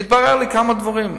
התבררו לי כמה דברים.